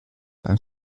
beim